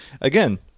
again